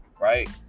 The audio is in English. right